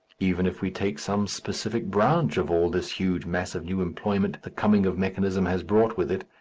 even if we take some specific branch of all this huge mass of new employment the coming of mechanism has brought with it,